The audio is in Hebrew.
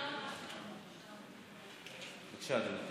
בבקשה, אדוני.